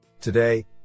Today